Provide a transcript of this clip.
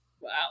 Wow